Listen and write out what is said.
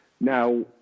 Now